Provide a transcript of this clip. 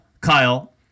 Kyle